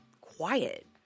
quiet